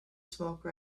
smoke